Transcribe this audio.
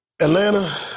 Atlanta